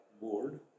board